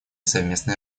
совместной